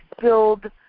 build